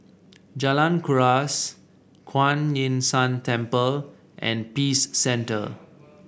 Jalan Kuras Kuan Yin San Temple and Peace Centre